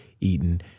eaten